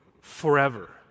forever